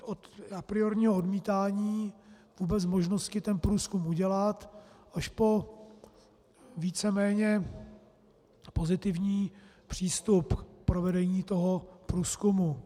Od apriorního odmítání vůbec možnosti ten průzkum udělat až po víceméně pozitivní přístup k provedení průzkumu.